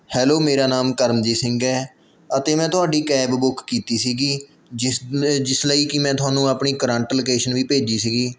hello ਮੇਰਾ ਨਾਮ ਕਰਮਜੀਤ ਸਿੰਘ ਹੈ ਅਤੇ ਮੈਂ ਤੁਹਾਡੀ ਕੈਬ ਬੁੱਕ ਕੀਤੀ ਸੀ ਜਿਸ ਜਿਸ ਲਈ ਕਿ ਮੈਂ ਤੁਹਾਨੂੰ ਆਪਣੀ ਕਰੰਟ ਲੋਕੇਸ਼ਨ ਵੀ ਭੇਜੀ ਸੀ